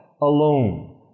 alone